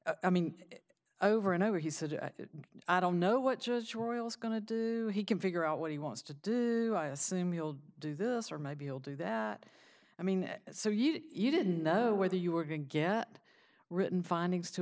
say i mean over and over he said i don't know what just royal is going to do he can figure out what he wants to do assume you'll do this or maybe i'll do that i mean so you didn't know whether you were going to get written findings to